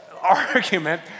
argument